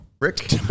Rick